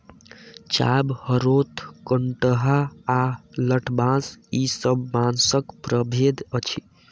चाभ, हरोथ, कंटहा आ लठबाँस ई सब बाँसक प्रभेद अछि